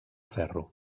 ferro